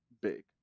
big